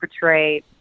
portray